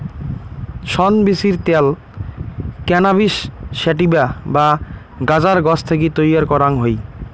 শন বীচির ত্যাল cannabis sativa বা গাঁজার গছ থাকি তৈয়ার করাং হই